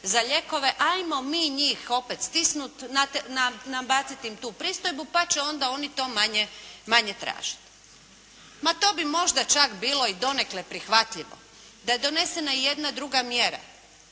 za lijekove, ajmo mi njih opet stisnuti, nabaciti im tu pristojbu pa će onda oni to manje tražiti. Ma to bi možda čak bilo i donekle prihvatljivo da je donesena i jedna druga mjera